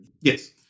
yes